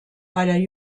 bei